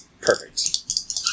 perfect